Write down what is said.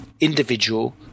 individual